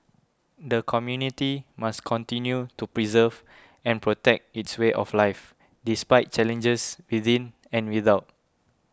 the community must continue to preserve and protect its way of life despite challenges within and without